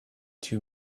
too